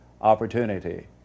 opportunity